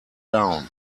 down